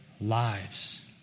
lives